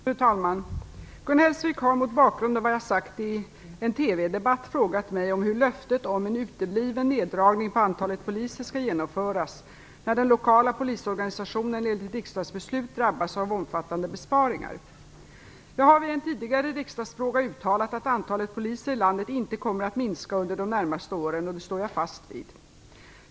Fru talman! Gun Hellsvik har, mot bakgrund av vad jag har sagt i en TV-debatt, frågat mig om hur löftet om en utebliven neddragning av antalet poliser skall genomföras när den lokala polisorganisationen enligt riksdagsbeslut drabbas av omfattande besparingar. Jag har vid en tidigare riksdagsfråga uttalat att antalet poliser i landet inte kommer att minska under de närmaste åren, och det står jag fast vid.